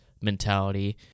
mentality